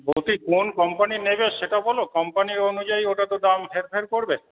বলছি কোন কোম্পানির নেবে সেটা বলো কোম্পানির অনুযায়ী ওটা তো দাম হের ফের করবে